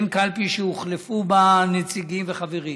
בין קלפי שהוחלפו בה נציגים וחברים